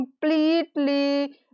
completely